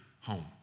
home